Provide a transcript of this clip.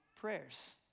prayers